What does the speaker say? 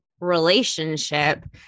relationship